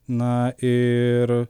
na ir